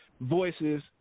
voices